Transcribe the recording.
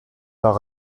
par